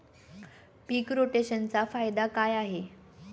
पीक रोटेशनचा फायदा काय आहे?